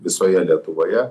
visoje lietuvoje